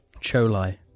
Cholai